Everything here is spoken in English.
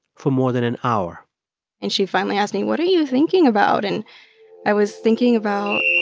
for more than an hour and she finally asked me, what are you thinking about? and i was thinking about